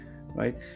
right